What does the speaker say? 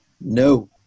No